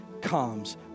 comes